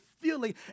feeling